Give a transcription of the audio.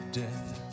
death